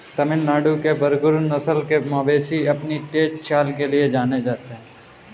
तमिलनाडु के बरगुर नस्ल के मवेशी अपनी तेज चाल के लिए जाने जाते हैं